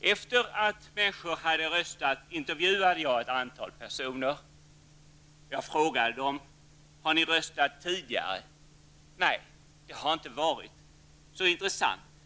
Efter det att människor hade röstat intervjuade jag ett antal personer. Jag frågade dem: Har ni röstat tidigare? Nej, det har inte varit så intressant.